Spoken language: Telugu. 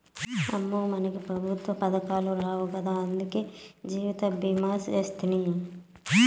అమ్మో, మనకే పెఋత్వ పదకాలు రావు గదా, అందులకే జీవితభీమా సేస్తిని